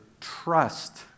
trust